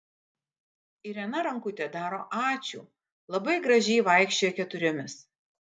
irena rankute daro ačiū labai gražiai vaikščioja keturiomis